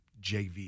JV